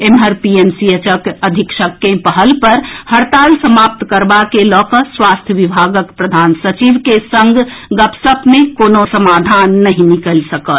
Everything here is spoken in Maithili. एम्हर पीएमसीएचक अधीक्षक के पहल पर हड़ताल समाप्त करबा के लऽ कऽ स्वास्थ्य विभागक प्रधान सचिव के संग गपसप मे कोनो समाधान नहि निकलि सकल